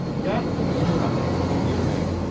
yeah my man. you, the man